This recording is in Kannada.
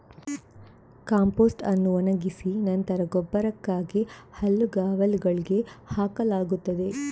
ಕಾಂಪೋಸ್ಟ್ ಅನ್ನು ಒಣಗಿಸಿ ನಂತರ ಗೊಬ್ಬರಕ್ಕಾಗಿ ಹುಲ್ಲುಗಾವಲುಗಳಿಗೆ ಹಾಕಲಾಗುತ್ತದೆ